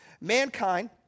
Mankind